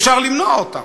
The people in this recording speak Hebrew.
אפשר למנוע אותם.